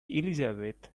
elizabeth